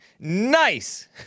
Nice